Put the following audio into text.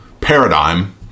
paradigm